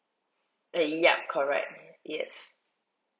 err yup correct yes